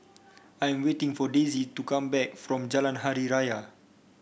I'm waiting for Daisie to come back from Jalan Hari Raya